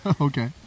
Okay